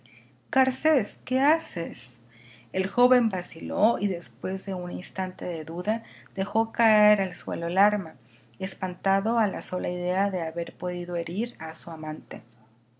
garcés qué haces el joven vaciló y después de un instante de duda dejó caer al suelo el arma espantado a la sola idea de haber podido herir a su amante